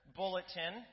bulletin